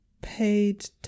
paid